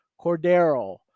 Cordero